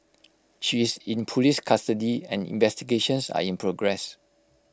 she is in Police custody and investigations are in progress